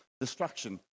destruction